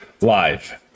Live